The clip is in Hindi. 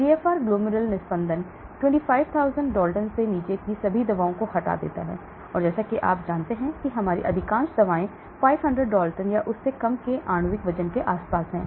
जीएफआर ग्लोमेर्युलर निस्पंदन 25000 डॉल्टन से नीचे की सभी दवाओं को हटा देता है और जैसा कि आप जानते हैं कि हमारी अधिकांश दवाएं 500 डाल्टन या उससे कम के आणविक वजन के आसपास हैं